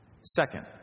Second